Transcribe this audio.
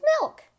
milk